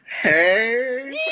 Hey